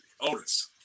Otis